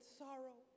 sorrow